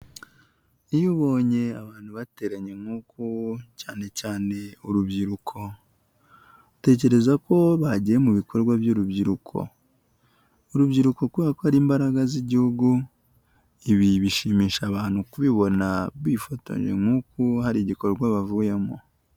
Iyo ubonye abantu bateranye nk'uku cyane cyane urubyiruko, utekereza ko bagiye mu bikorwa by'urubyiruko. Urubyiruko kubera ko ari imbaraga z'igihugu, ibi bishimisha abantu kubibona bifatanya nk'uku hari igikorwa bavuyemo.